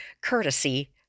courtesy